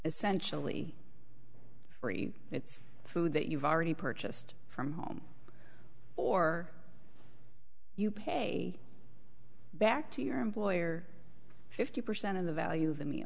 essentially free it's food that you've already purchased from home or you pay back to your employer fifty percent of the value of